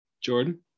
Jordan